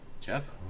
Jeff